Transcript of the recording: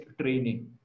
training